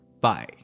Bye